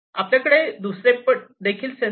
आपल्याकडे हे दुसरे सेन्सर